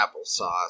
applesauce